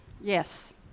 Yes